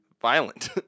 Violent